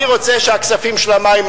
אני רוצה שהכספים של המים,